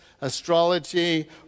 astrology